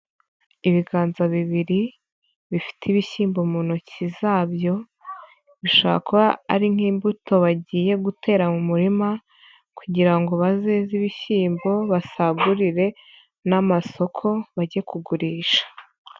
Ibiganza bibiri bifite ibishyimbo mu ntoki zabyo bishobora kuba ari nk'imbuto bagiye gutera mu murima kugira ngo bazeze ibishyimbo basagurire n'amasoko bajye kugurisha.